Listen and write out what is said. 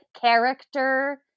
character